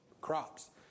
crops